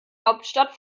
hauptstadt